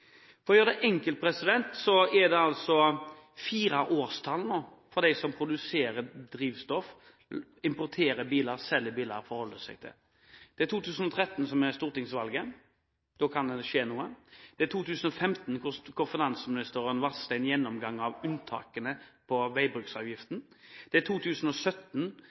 For å gjøre det enkelt: Det er altså fire årstall som de som produserer drivstoff, importerer biler og selger biler, forholder seg til. Det er 2013, som er stortingsvalget – da kan det skje noe. Det er 2015, når finansministeren varsler en gjennomgang av unntakene fra veibruksavgiften. Det er 2017,